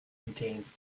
contains